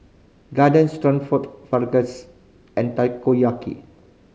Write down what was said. Garden Stroganoff Fajitas and Takoyaki